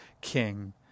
King